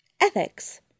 ethics